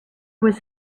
was